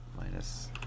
Minus